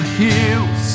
hills